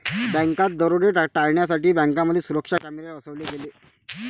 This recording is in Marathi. बँकात दरोडे टाळण्यासाठी बँकांमध्ये सुरक्षा कॅमेरे बसवले गेले